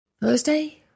Thursday